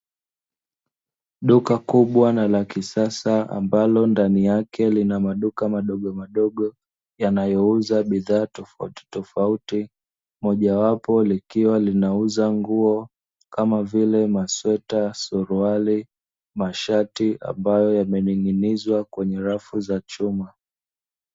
Duka kubwa na la kisasa ambalo ndani yake lina maduka madogomadogo yanayouza bidhaa tofautitofauti, mojawapo likiwa linauza nguo kama vile: masweta, suruali, mashati; ambayo yamening'inizwa kwenye rafu za chuma.